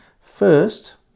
First